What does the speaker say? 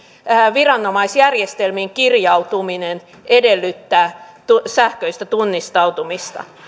viranomaisjärjestelmiin kirjautuminen edellyttää sähköistä tunnistautumista